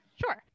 Sure